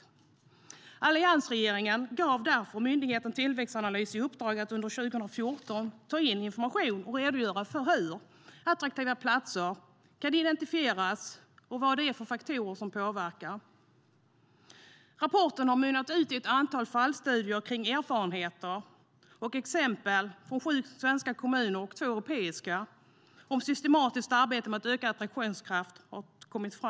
Den tidigare alliansregeringen gav därför myndigheten Tillväxtanalys i uppdrag att under 2014 ta in information och redogöra för hur attraktiva platser kan identifieras samt vilka faktorer som påverkar. Rapporten har mynnat ut i ett antal fallstudier kring erfarenheter av och exempel från sju svenska och två europeiska kommuner på systematiskt arbete med att öka attraktionskraften.